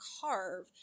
carve